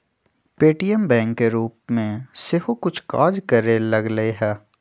Paytm bank के रूप में सेहो कुछ काज करे लगलै ह